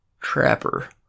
Trapper